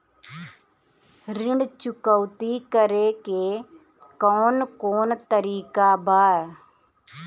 ऋण चुकौती करेके कौन कोन तरीका बा?